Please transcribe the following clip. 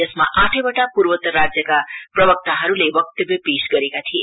यसमा आठैवटा पूर्वोत्तर राज्यका प्रवक्ताहरूले वक्तव्य पेश गरेका थिए